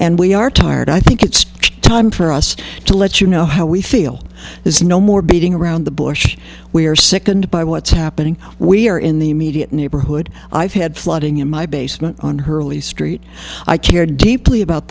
and we are tired i think it's time for us to let you know how we feel there's no more beating around the bush we're sickened by what's happening we're in the immediate neighborhood i've had flooding in my basement on her early street i care deeply about